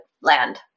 land